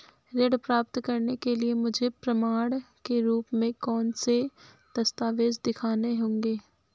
ऋण प्राप्त करने के लिए मुझे प्रमाण के रूप में कौन से दस्तावेज़ दिखाने होंगे?